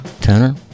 tenor